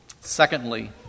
Secondly